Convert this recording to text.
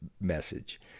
message